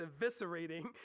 eviscerating